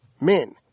men